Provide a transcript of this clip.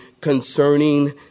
concerning